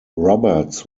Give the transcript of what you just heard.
roberts